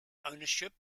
ownership